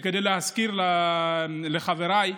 להזכיר לחבריי: